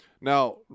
now